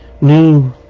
new